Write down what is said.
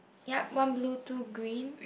yup one blue two green